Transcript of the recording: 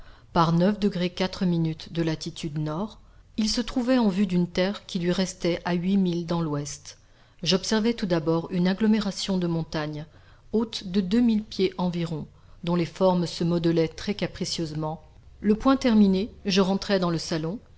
par de latitude nord il se trouvait en vue d'une terre qui lui restait à huit milles dans l'ouest j'observai tout d'abord une agglomération de montagnes hautes de deux mille pieds environ dont les formes se modelaient très capricieusement le point terminé je rentrai dans le salon